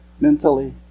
mentally